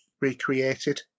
recreated